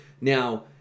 Now